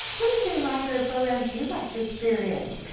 don't miss any library programs you'd like to experience.